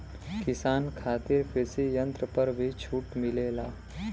किसान खातिर कृषि यंत्र पर भी छूट मिलेला?